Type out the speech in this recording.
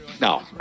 No